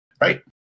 Right